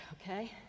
okay